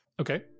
Okay